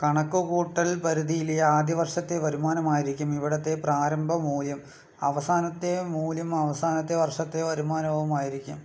കണക്കുകൂട്ടൽ പരിധിയിലെ ആദ്യ വർഷത്തെ വരുമാനമായിരിക്കും ഇവിടുത്തെ പ്രാരംഭമൂയം അവസാനത്തെ മൂല്യം അവസാനത്തെ വർഷത്തെ വരുമാനവുമായിരിക്കും